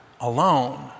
alone